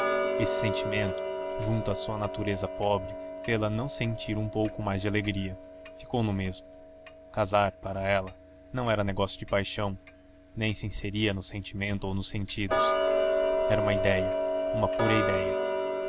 esse sentimento junto à sua natureza pobre fê-la não sentir um pouco mais de alegria ficou no mesmo casar para ela não era negócio de paixão nem se inseria no sentimento ou nos sentidos era uma idéia uma pura idéia